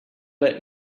let